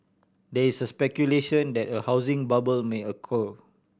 there is speculation that a housing bubble may occur